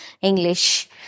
English